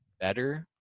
better